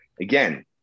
Again